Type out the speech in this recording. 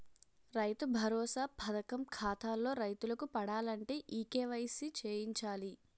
రైతు భరోసా పథకం ఖాతాల్లో రైతులకు పడాలంటే ఈ కేవైసీ చేయించాలి